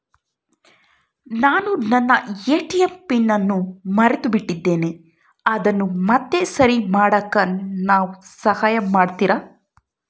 ನಾನು ನನ್ನ ATM pin ಅನ್ನು ಮರೆತುಬಿಟ್ಟೇನಿ ಅದನ್ನು ಮತ್ತೆ ಸರಿ ಮಾಡಾಕ ನೇವು ಸಹಾಯ ಮಾಡ್ತಿರಾ?